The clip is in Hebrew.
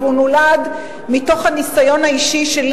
והוא נולד מתוך הניסיון האישי שלי